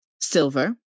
silver